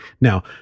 Now